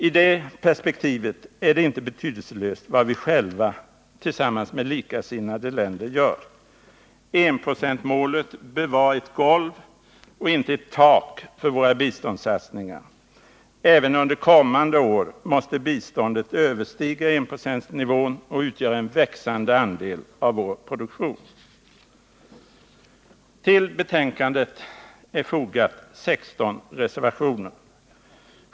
I det perspektivet är det inte betydelselöst vad vi själva tillsammans med likasinnade länder gör. Enprocentsmålet bör vara ett golv och inte ett tak för våra biståndssatsningar. Även under kommande år måste biståndet överstiga enprocentsnivån och utgöra en växande andel av vår produktion. Till betänkandet är fogade 16 reservationer.